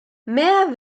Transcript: mehr